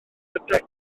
degfed